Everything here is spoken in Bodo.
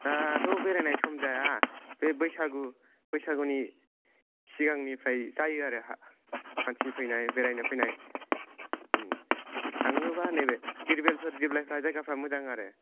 दाथ' बेरायनाय सम जाया बे बैसागु बैसागुनि सिगांनिफ्राय जायो आरो हा मानसि फैनाय बेरायनो फैनाय थांनोबा नैबे दिरबिलफोर दिब्लायफोरा जायगाफ्रा मोजां आरो